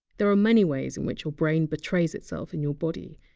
there are many ways in which your brain betrays itself in your body,